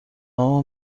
اما